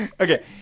Okay